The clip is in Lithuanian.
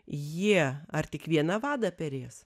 jie ar tik vieną vadą perės